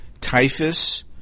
Typhus